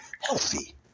healthy